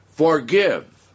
Forgive